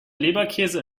leberkäse